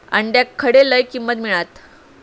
अंड्याक खडे लय किंमत मिळात?